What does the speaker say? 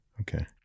okay